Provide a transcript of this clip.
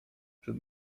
przed